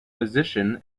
position